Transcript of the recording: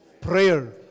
prayer